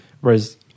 Whereas